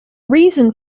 reason